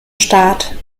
staat